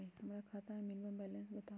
हमरा खाता में मिनिमम बैलेंस बताहु?